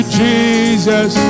jesus